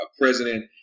president